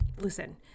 listen